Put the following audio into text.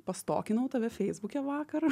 pastokinau tave feisbuke vakar